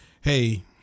Hey